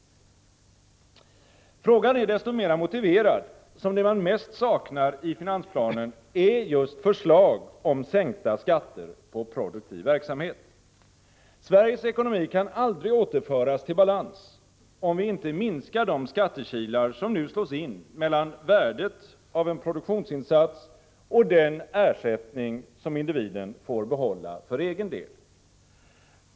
Frågan är desto mera motiverad som det man mest saknar i finansplanen är just förslag om sänkta skatter på produktiv verksamhet. Sveriges ekonomi kan aldrig återföras till balans, om vi inte minskar de skattekilar som nu slås in mellan värdet av en produktionsinsats och den ersättning som individen får behålla för egen del.